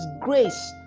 grace